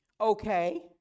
Okay